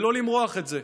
ולא למרוח את זה.